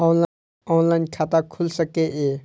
Online खाता खुल सके ये?